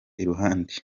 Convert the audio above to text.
iruhande